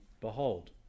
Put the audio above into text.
behold